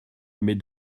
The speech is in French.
mais